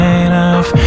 enough